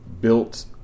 built